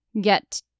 get